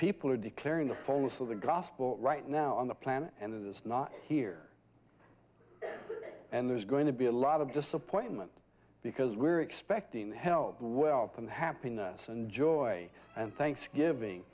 people are declaring the fullness of the gospel right now on the planet and it is not here and there's going to be a lot of disappointment because we're expecting health wealth and happiness and joy and thanksgiving